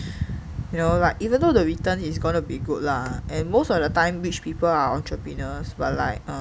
you know like even though the return is gonna be good lah and most of the time rich people are entrepreneurs by like